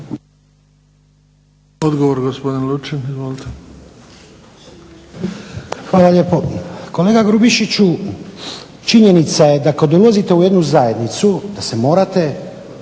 Odgovor gospodin Lučin, izvolite. **Lučin, Šime (SDP)** Hvala lijepo. Kolega Grubišiću činjenica je da kada dolazite u jednu zajednicu da se morate